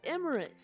Emirates